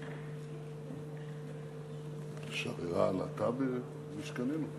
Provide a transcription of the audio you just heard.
שררה עלטה במשכננו?